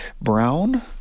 Brown